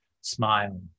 smile